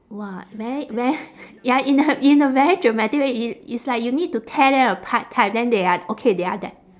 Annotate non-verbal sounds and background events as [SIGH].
!wah! very very [LAUGHS] ya in a in a very dramatic way i~ it's like you need to tear them apart type then they are okay they are d~